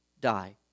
die